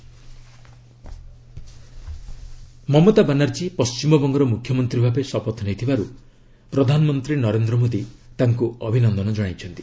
ମୋଦୀ ମମତା ମମତା ବାନାର୍ଜୀ ପଶ୍ଚିମବଙ୍ଗର ମୁଖ୍ୟମନ୍ତ୍ରୀ ଭାବେ ଶପଥ ନେଇଥିବାରୁ ପ୍ରଧାନମନ୍ତ୍ରୀ ନରେନ୍ଦ୍ର ମୋଦୀ ତାଙ୍କୁ ଅଭିନନ୍ଦନ ଜଣାଇଛନ୍ତି